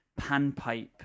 panpipe